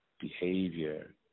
behavior